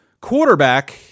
quarterback